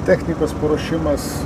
technikos paruošimas